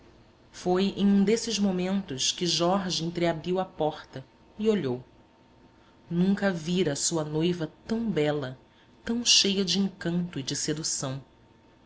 foi em um desses momentos que jorge entreabriu a porta e olhou nunca vira a sua noiva tão bela tão cheia de encanto e de sedução